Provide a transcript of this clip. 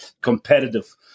competitive